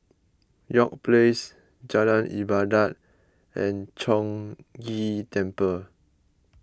York Place Jalan Ibadat and Chong Ghee Temple